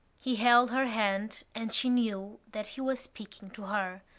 he held her hand and she knew that he was speaking to her,